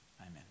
Amen